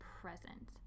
present